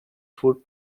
food